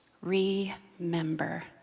Remember